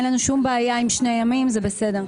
אין לנו שום בעיה עם שני ימים, זה בסדר.